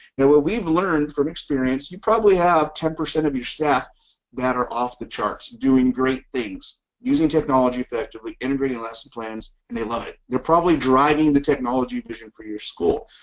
now what we've learned from experience, you probably have ten percent of your staff that are off the charts doing great things using technology, effectively integrating lesson plans and they love it, they're probably driving the technology vision for your school,